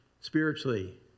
spiritually